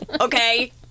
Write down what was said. okay